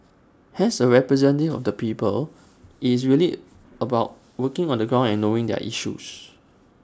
as A representative of the people IT is really about working on the ground and knowing their issues